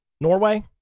Norway